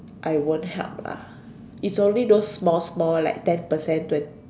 I won't help lah it's only all those small small like ten percent twen~